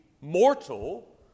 mortal